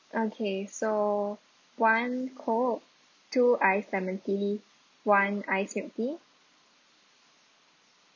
okay so one coke two ice lemon tea one ice lemon tea